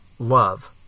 love